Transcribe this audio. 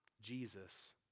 Jesus